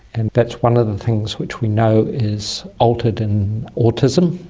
and that's one of things which we know is altered in autism,